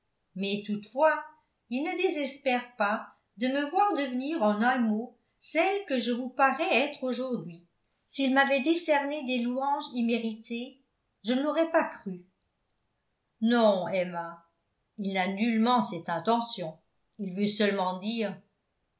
mais toutefois il ne désespère pas de me voir devenir en un mot celle que je vous parais être aujourd'hui s'il m'avais décerné des louanges imméritées je ne l'aurais pas cru non emma il n'a nullement cette intention il veut seulement dire